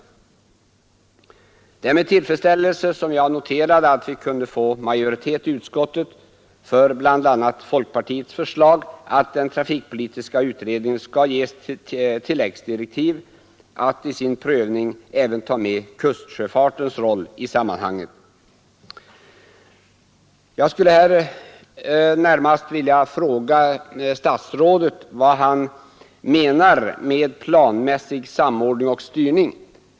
Det var med tillfredsställelse jag noterade att vi kunde nå majoritet i utskottet för bl.a. folkpartiets förslag, att den trafikpolitiska utredningen skall ges tilläggsdirektiv att i sin prövning även ta med kustsjöfartens roll i sammanhanget. Jag skulle här vilja fråga statsrådet vad han menar med ”planmässig samordning och styrning”.